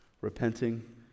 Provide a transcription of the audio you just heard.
repenting